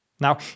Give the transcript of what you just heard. Now